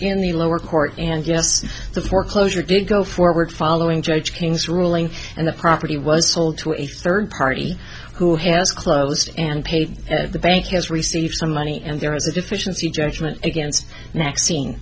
in the lower court and yes the foreclosure did go forward following judge king's ruling and the property was sold to a third party who has closed and paid the bank has received some money and there is a deficiency judgment against